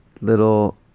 little